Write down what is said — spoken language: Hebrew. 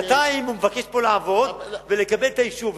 שנתיים הוא מבקש לעבוד פה ולקבל את האישור,